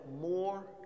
more